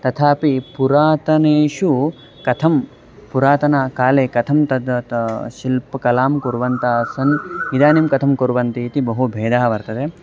तथापि पुरातनेषु कथं पुरातनकाले कथं तद् शिल्पकलां कुर्वन्तः सन् इदानीं कथं कुर्वन्ति इति बहु भेदः वर्तते